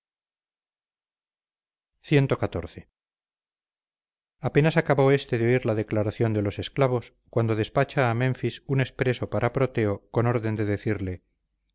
cxiv apenas acabó este de oír la declaración de los esclavos cuando despacha a menfis un expreso para proteo con orden de decirle